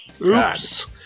Oops